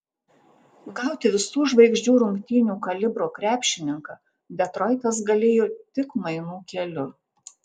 gauti visų žvaigždžių rungtynių kalibro krepšininką detroitas galėjo tik mainų keliu